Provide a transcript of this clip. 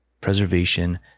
preservation